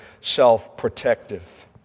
self-protective